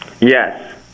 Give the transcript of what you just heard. yes